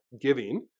giving